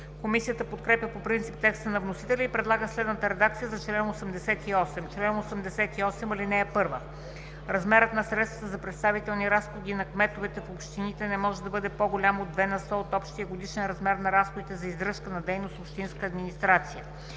Комисията подкрепя по принцип текста на вносителя и предлага следната редакция за чл. 88: „Чл. 88. (1) Размерът на средствата за представителни разходи за кметовете в общините не може да бъде по-голям от 2 на сто от общия годишен размер на разходите за издръжка за дейност „Общинска администрация“.